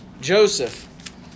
Joseph